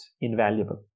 invaluable